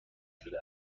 شده